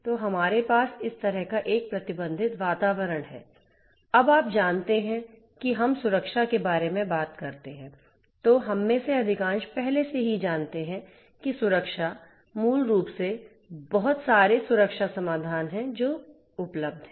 तो हमारे पास इस तरह का एक प्रतिबंधित वातावरण है अब आप जानते हैं कि जब हम सुरक्षा के बारे में बात करते हैं तो हम में से अधिकांश पहले से ही जानते हैं कि सुरक्षा मूल रूप से बहुत सारे सुरक्षा समाधान हैं जो सही उपलब्ध हैं